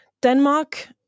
Denmark